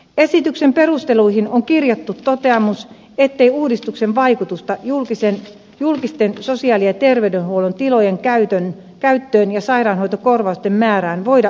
esityksen perusteluihin on kirjattu toteamus ettei uudistuksen vaikutusta julkisten sosiaali ja terveydenhuollon tilojen käyttöön ja sairaanhoitokorvausten määrään voida yksiselitteisesti arvioida